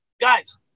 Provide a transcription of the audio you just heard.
Guys